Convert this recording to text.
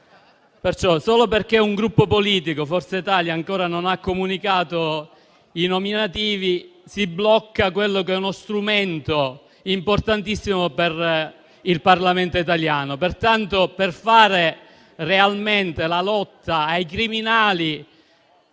solo un Gruppo politico, Forza Italia, ancora non ha comunicato i nominativi, bloccando quello che è uno strumento importantissimo per il Parlamento italiano. Pertanto, per fare realmente la lotta ai criminali